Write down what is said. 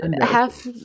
half